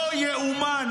לא ייאמן.